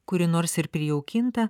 kuri nors ir prijaukinta